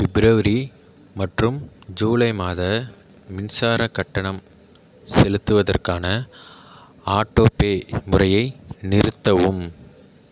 பிப்ரவரி மற்றும் ஜூலை மாத மின்சாரக் கட்டணம் செலுத்துவதற்கான ஆட்டோபே முறையை நிறுத்தவும்